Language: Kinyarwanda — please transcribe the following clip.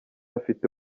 afite